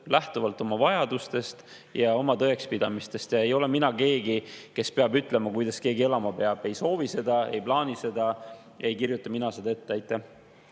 lähtuvalt oma vajadustest ja oma tõekspidamistest ja ei ole mina see, kes ütleb, kuidas keegi elama peab. Ei soovi seda, ei plaani seda, ei kirjuta mina seda ette. Buss